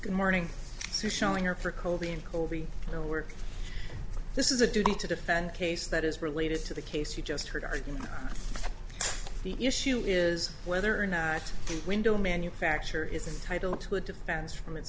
good morning showing her for colby and colby will work this is a duty to defend case that is related to the case you just heard i think the issue is whether or not window manufacturer is entitle to a defense from it